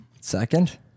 second